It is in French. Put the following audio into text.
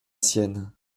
sienne